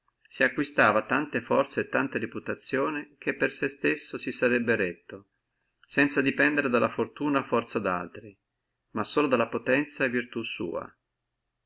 si acquistava tante forze e tanta reputazione che per sé stesso si sarebbe retto e non sarebbe più dependuto dalla fortuna e forze di altri ma dalla potenzia e virtù sua